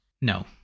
no